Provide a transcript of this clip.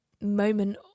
moment